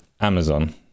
amazon